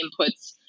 inputs